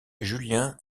julien